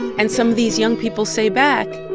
and some of these young people say back,